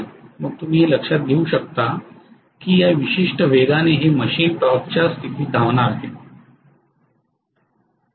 मग तुम्ही हे लक्षात घेऊ शकता की या विशिष्ट वेगाने हे मशीन टॉर्कच्या स्थितीत धावणार आहे